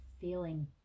feeling